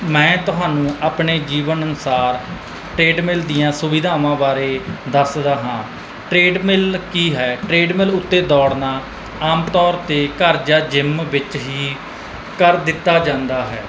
ਮੈਂ ਤੁਹਾਨੂੰ ਆਪਣੇ ਜੀਵਨ ਅਨੁਸਾਰ ਟਰੇਡ ਮਿਲ ਦੀਆਂ ਸੁਵਿਧਾਵਾਂ ਬਾਰੇ ਦੱਸਦਾ ਹਾਂ ਟਰੇਡ ਮਿਲ ਕੀ ਹੈ ਟਰੇਡ ਮਿਲ ਉੱਤੇ ਦੌੜਨਾ ਆਮ ਤੌਰ 'ਤੇ ਘਰ ਜਾਂ ਜਿੰਮ ਵਿੱਚ ਹੀ ਕਰ ਦਿੱਤਾ ਜਾਂਦਾ ਹੈ